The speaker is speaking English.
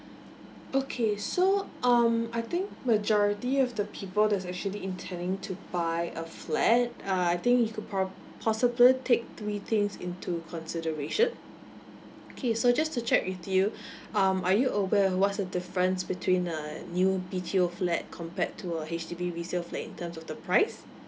okay so um I think majority of the people that's actually intending to buy a flat uh I think you could prob~ possibly take three things into consideration okay so just to check with you um are you aware of what's the difference between a new B_T_O flat compared to a H_D_B resale flat in terms of the price